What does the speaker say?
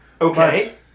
okay